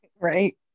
Right